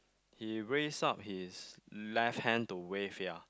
he raise up his left hand to wave ya